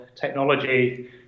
technology